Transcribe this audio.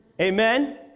Amen